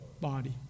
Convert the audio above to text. body